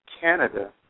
Canada